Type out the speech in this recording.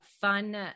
fun